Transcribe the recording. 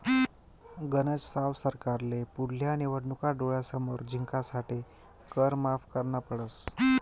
गनज साव सरकारले पुढल्या निवडणूका डोळ्यासमोर जिंकासाठे कर माफ करना पडस